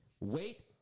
wait